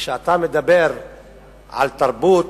כשאתה מדבר על תרבות,